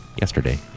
yesterday